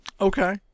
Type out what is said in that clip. Okay